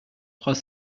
trois